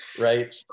Right